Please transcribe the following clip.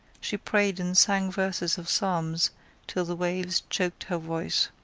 she prayed and sang verses of psalms till the waves choked her voice.